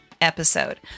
episode